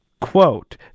Quote